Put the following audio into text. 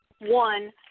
One